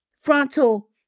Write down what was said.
frontal